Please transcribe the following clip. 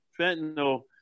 fentanyl